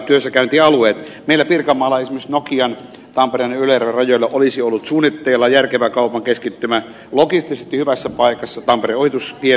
meillä pirkanmaalla esimerkiksi nokian tampereen ja ylöjärven rajoilla olisi ollut suunnitteilla järkevä kaupan keskittymä logistisesti hyvässä paikassa tampereen ohitustien varressa